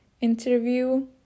interview